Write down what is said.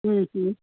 हम्म हम्म